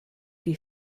die